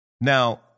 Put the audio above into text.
Now